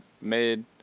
made